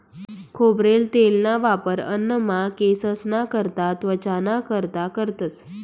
खोबरेल तेलना वापर अन्नमा, केंससना करता, त्वचाना कारता करतंस